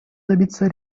добиться